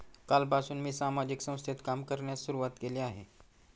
कालपासून मी सामाजिक संस्थेत काम करण्यास सुरुवात केली आहे